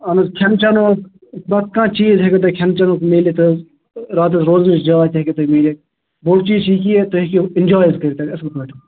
اَہَن حظ کھیٚن چیٚنُک پرٛتھ کانٛہہ چیٖز ہیٚکِو تُہۍ کھیٚن چیٚنُک میٖلِتھ حظ راتس روزنٕچ جاے تہِ ہیٚکوٕ تۄہہِ میٖلِتھ بوٚڈ چیٖز چھُ یہِ کہِ تُہۍ ہیٚکِو ایٚنٛجوے حظ کٔرِتھ اصٕل پٲٹھۍ